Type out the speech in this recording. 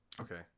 Okay